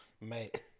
mate